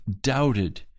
doubted